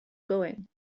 going